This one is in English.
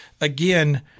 again